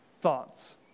thoughts